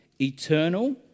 eternal